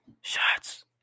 Shots